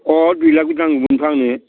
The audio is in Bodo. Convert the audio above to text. अह दुइ लाख गथा नंगौमोनथ' आंनो